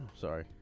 Sorry